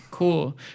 Cool